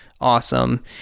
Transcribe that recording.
Awesome